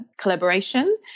collaboration